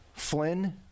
Flynn